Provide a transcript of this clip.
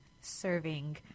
serving